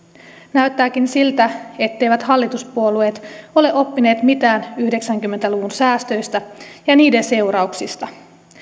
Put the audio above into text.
näyttääkin siltä etteivät hallituspuolueet ole oppineet mitään yhdeksänkymmentä luvun säästöistä ja niiden seurauksista